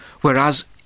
whereas